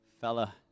fella